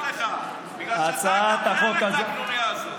אתה, לא אכפת לך כי אתה חלק מהקנוניה הזאת.